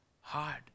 hard